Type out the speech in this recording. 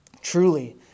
Truly